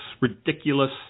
ridiculous